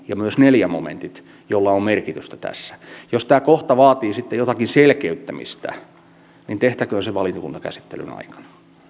ja myös neljännen momentin joilla on merkitystä tässä jos tämä kohta vaatii sitten jotakin selkeyttämistä niin tehtäköön se valiokuntakäsittelyn aikana